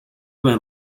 men